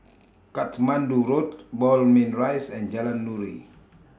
Katmandu Road Moulmein Rise and Jalan Nuri